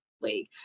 league